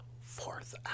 fourth